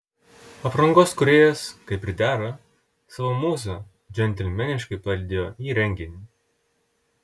aprangos kūrėjas kaip ir dera savo mūzą džentelmeniškai palydėjo į renginį